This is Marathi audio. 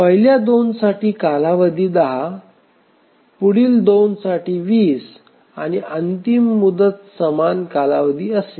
पहिल्या दोनसाठी कालावधी 10 पुढील दोनसाठी 20 आणि अंतिम मुदत समान कालावधी असेल